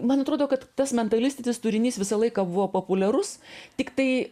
man atrodo kad tas mentalistinis turinys visą laiką buvo populiarus tiktai